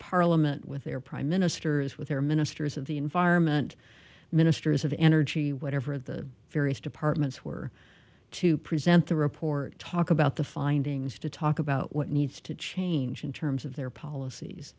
parliament with their prime ministers with their ministers of the environment ministers of energy whatever the various departments were to present the report talk about the findings to talk about what needs to change in terms of their policies